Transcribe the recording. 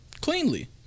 cleanly